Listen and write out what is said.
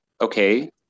okay